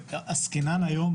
ועסקינן היום,